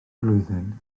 flwyddyn